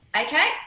okay